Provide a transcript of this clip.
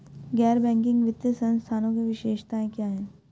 गैर बैंकिंग वित्तीय संस्थानों की विशेषताएं क्या हैं?